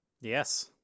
Yes